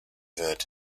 wird